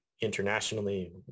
internationally